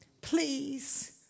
Please